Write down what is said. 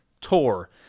Tour